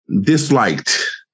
disliked